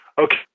Okay